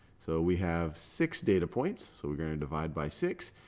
so we have six data points. so we're going to divide by six.